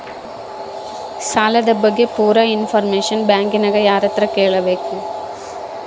ಸಾಲದ ಬಗ್ಗೆ ಪೂರ ಇಂಫಾರ್ಮೇಷನ ಬ್ಯಾಂಕಿನ್ಯಾಗ ಯಾರತ್ರ ಕೇಳಬೇಕು?